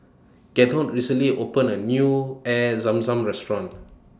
Gerhardt recently opened A New Air Zam Zam Restaurant